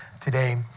today